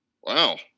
wow